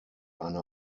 eine